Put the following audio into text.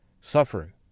suffering